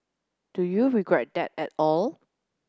do you regret that at all